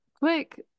quick